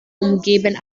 umgeben